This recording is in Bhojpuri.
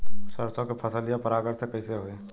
सरसो के फसलिया परागण से कईसे होई?